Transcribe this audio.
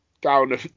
down